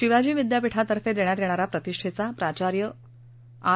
शिवाजी विद्यापीठातर्फे देण्यात येणारा प्रतिष्ठेचा प्राचार्य आर